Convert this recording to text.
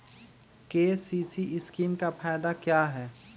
KCC scheme का फायदा क्या है?